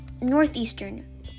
northeastern